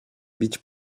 bić